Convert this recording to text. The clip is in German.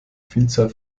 vielzahl